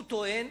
הוא טוען,